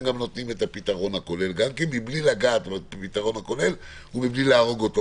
את הפתרון הכולל בלי לגעת בפתרון הכולל ובלי להרוג אותו,